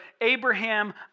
Abraham